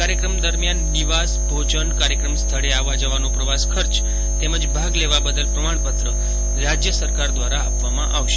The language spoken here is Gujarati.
કાર્યક્રમ દરમ્યાન નિવાસ ભોજન કાર્યક્રમ સ્થળે આવવા જવાનો પ્રવાસ ખર્ચ તેમજ ભાગ લેવા બદલ પ્રમાણપત્ર રાજ્ય સરકાર દ્વારા આપવામાં આવશે